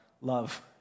love